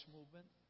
Movement